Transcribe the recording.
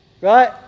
right